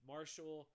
Marshall